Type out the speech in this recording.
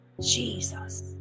Jesus